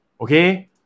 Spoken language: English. okay